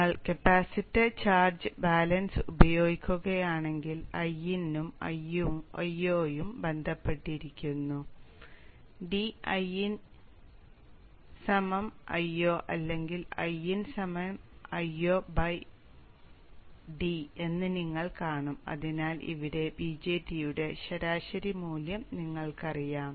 നിങ്ങൾ capacitor charge balance ഉപയോഗിക്കുകയാണെങ്കിൽ Iin ഉം Io ഉം ബന്ധപ്പെട്ടിരിക്കുന്നു d Iin Io അല്ലെങ്കിൽ Iin Io d എന്ന് നിങ്ങൾ കാണും അതിനാൽ ഇവിടെ BJT യുടെ ശരാശരി മൂല്യം നിങ്ങൾക്കറിയാം